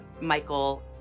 Michael